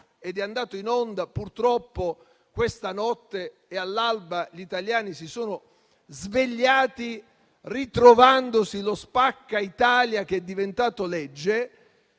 ed è andato in onda, purtroppo, questa notte. All'alba, gli italiani si sono svegliati ritrovandosi con lo "spacca Italia" che è diventato legge.